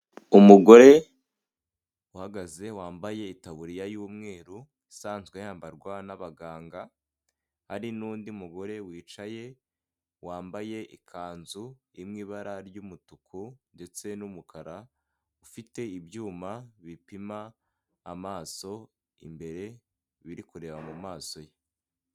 Umugore uhagaze wambaye itaburiya y'umweru isanzwe yambarwa n'abaganga, hari n'undi mugore wicaye, wambaye ikanzu iri mu ibara ry'umutuku ndetse n'umukara, ufite ibyuma bipima amaso, imbere biri kureba mu maso ye.